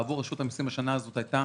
בעבור רשות המסים השנה הזאת הייתה